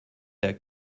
der